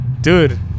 dude